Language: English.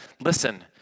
listen